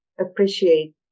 appreciate